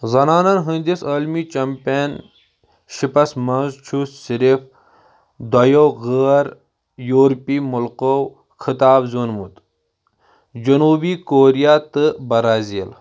زنانَن ہِنٛدِس عٲلمی چمپین شِپس مَنٛز چھُ صرف دۄیَو غٲر یورپی ملکو خٕطاب زیوٗنمُت جنوبی کوریا تہٕ برازیل